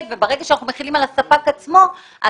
ברגע שאנחנו מחילים על הספק עצמו,